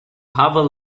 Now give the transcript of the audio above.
pavel